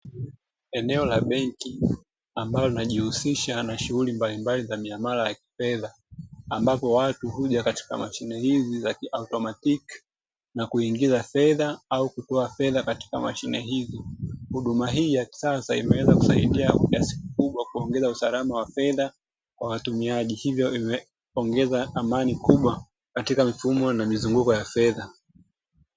Eneo la benki ambalo linajihusisha na shughuli mbalimbali za miamala ya kifedha, ambapo watu huja katika mashine hizi za ki-automatiki na kuingiza fedha au kutoa fedha katika mashine hizi. Huduma hii ya kisasa imeweza kusaidia kwa kiasi kikubwa kuongeza usalama wa fedha kwa watumiaji. Hivyo imeongeza amani kubwa katika mifumo na mizunguko ya fedha.